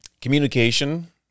communication